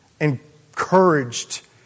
Encouraged